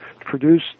produce